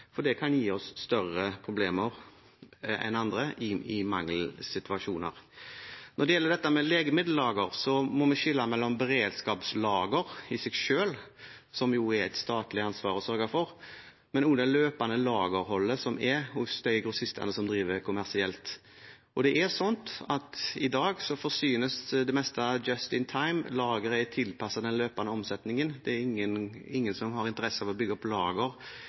for det kan gi oss større problemer i mangelsituasjoner. Når det gjelder dette med legemiddellager, må vi skille mellom beredskapslager i seg selv – som det jo er statens ansvar å sørge for – og det løpende lagerholdet hos de grossistene som driver kommersielt. I dag forsynes det meste «just in time» – lageret er tilpasset den løpende omsetningen. Det er ingen som har interesse av å bygge opp lager